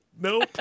Nope